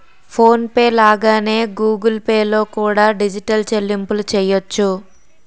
phone pay లాగానే Google Pay లో కూడా డిజిటల్ చెల్లింపులు చెయ్యొచ్చు